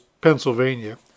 Pennsylvania